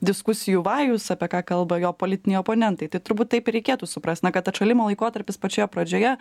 diskusijų vajus apie ką kalba jo politiniai oponentai tai turbūt taip ir reikėtų suprast na kad atšalimo laikotarpis pačioje pradžioje